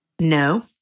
No